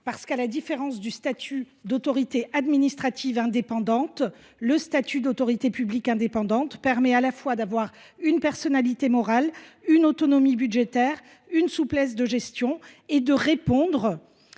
d’API. À la différence du statut d’autorité administrative indépendante, le statut d’autorité publique indépendante permet à la fois une personnalité morale, une autonomie budgétaire, une souplesse de gestion et le maintien